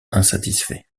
insatisfait